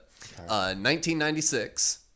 1996